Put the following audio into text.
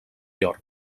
york